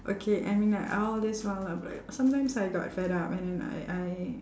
okay I mean like all this while I'll be like sometimes I got fed up and then I I